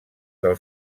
del